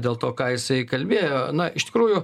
dėl to ką jisai kalbėjo na iš tikrųjų